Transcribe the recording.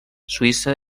suïssa